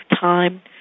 time